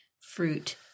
fruit